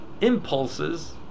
impulses